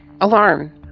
alarm